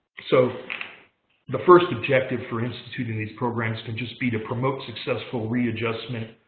so the first objective for instituting these programs can just be to promote successful readjustment